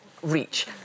reach